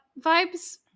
vibes